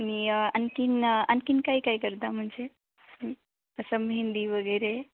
आणि आणखी आणखी काही काय करता म्हणजे असं असं मेहेंदी वगैरे